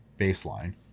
baseline